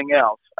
else